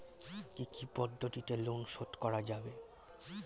কি কি পদ্ধতিতে লোন শোধ করা যাবে?